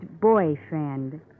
boyfriend